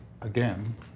again